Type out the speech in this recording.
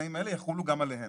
התנאים האלה יחולו גם עליהם,